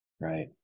right